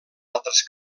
altres